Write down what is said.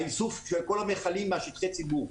האיסוף של כל המיכלים משטחי הציבור.